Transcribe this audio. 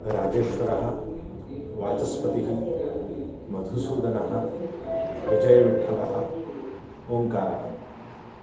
राजेश्वरः वाचस्पतिः मधुसूदनः विजयविठ्ठलः ओङ्कारः